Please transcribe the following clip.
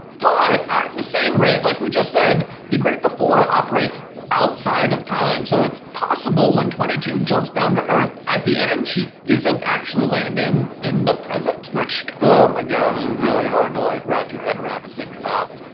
but at the same rate, like we just said the great before operates outside of time. so it's possible when twenty two jumps down to earth at the end she isn't actually landing in the present. which, oh my god, this is really hard to like wrap your head around and think about.